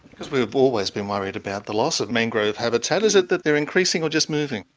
because we've always been worried about the loss of mangrove habitat, is it that they're increasing or just moving?